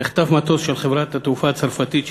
נחטף מטוס של חברת התעופה הצרפתית,